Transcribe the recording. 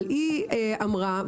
והיא אמרה,